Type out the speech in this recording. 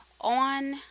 on